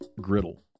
Griddle